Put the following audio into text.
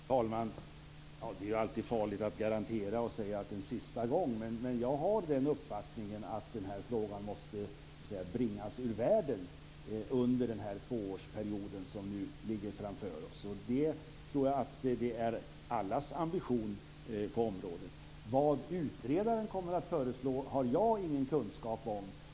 Fru talman! Det är alltid farligt att garantera och säga en sista gång. Men jag har uppfattningen att den här frågan måste bringas ur världen under den tvåårsperiod som ligger framför oss. Det tror jag är allas ambition på området. Vad utredaren kommer att föreslå har jag ingen kunskap om.